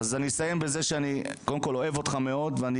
אז אני אסיים בזה שאני קודם כל אוהב אותך מאוד ואני